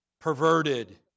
perverted